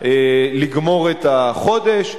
לגמור את החודש.